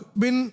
bin